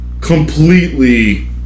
completely